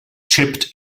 chipped